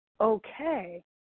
okay